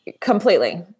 completely